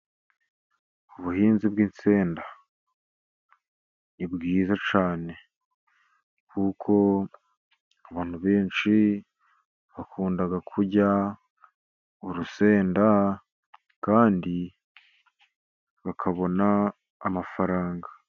Ubuhinzi bw'insenda ni bwiza cyane kuko abantu benshi bakunda kurya urusenda, kandi bakabona amafaranga.